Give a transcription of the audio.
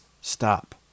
stop